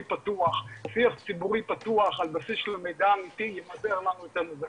פתוח על בסיס מידע אמיתי מה שימזער לנו את הנזקים.